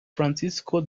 francisco